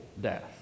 death